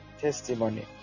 testimony